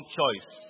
choice